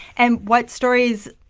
and what stories,